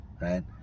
right